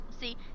See